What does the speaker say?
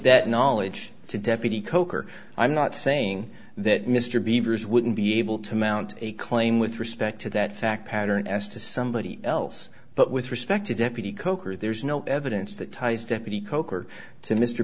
that knowledge to deputy kolker i'm not saying that mr beaver's wouldn't be able to mount a claim with respect to that fact pattern as to somebody else but with respect to deputy coker there's no evidence that ties deputy kolker to mr